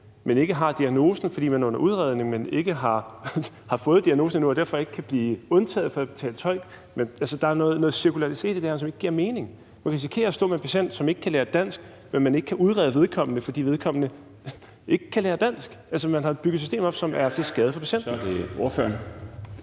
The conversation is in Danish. men at man, fordi man er under udredning, ikke har fået diagnosen endnu, og derfor ikke kan blive undtaget fra at betale til en tolk. Altså, der er jo en cirkularitet i det her, som ikke giver mening. Man risikerer at stå med en patient, som ikke kan lære dansk, men som man ikke kan udrede, fordi vedkommende ikke kan lære dansk. Man har bygget et system op, som er til skade for patienten. Kl. 13:20 Den fg.